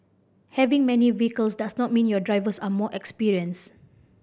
having many vehicles does not mean your drivers are more experienced